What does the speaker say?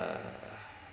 uh